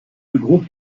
groupe